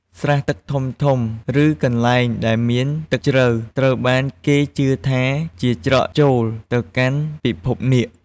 ស្រះទឹកធំៗ ឬ កន្លែងដែលមានទឹកជ្រៅត្រូវបានគេជឿថាជាច្រកចូលទៅកាន់ពិភពនាគ។